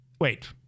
Wait